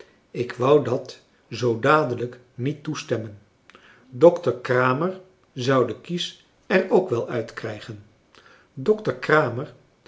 ik wou dat zoo dadelijk niet toestemmen dokter kramer zou de kies er ook wel uitkrijgen dokter kramer